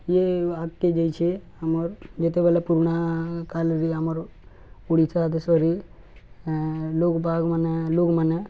ଇଏ ଆଗ୍କେ ଯାଇଛେ ଆମର୍ ଯେତେବେଳେ ପୁରୁଣାକାଲ୍ରେ ଆମର୍ ଓଡ଼ିଶା ଦେଶରେ ଲୋକବାକ୍ ମାନେ ଲୋକ୍ମାନେ